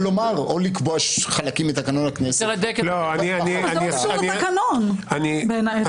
או לקבוע שחלקים מתקנון הכנסת --- זה לא קשור לתקנון בעיניי.